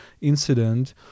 incident